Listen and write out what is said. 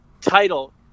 title